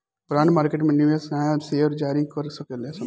bond market में निवेशक नाया शेयर जारी कर सकेलन